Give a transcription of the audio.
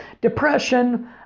depression